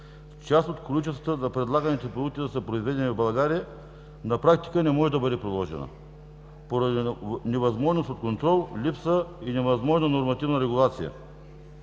част от количествата на предлаганите продукти да са произведени в България, на практика не може да бъде приложена поради невъзможност от контрол, липса и невъзможна нормативна регулация